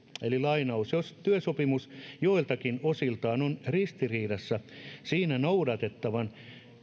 eli jos työsopimus joiltakin osiltaan on ristiriidassa siinä noudatettavan